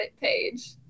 page